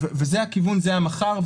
זה הכיוון, זה המחר.